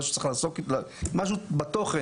זה משהו בתוכן,